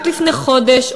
רק לפני חודש,